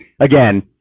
again